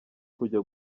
kujya